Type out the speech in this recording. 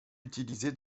utilisé